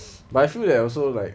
but I feel that I also like